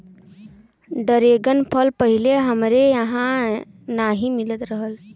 dragon फल पहिले हमरे इहाँ नाही मिलत रहल